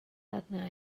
arna